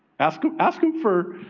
ask them, ask them for,